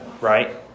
right